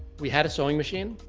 we had a sewing machine.